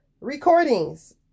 recordings